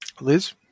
Liz